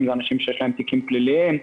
אנשים עם תיקים פליליים,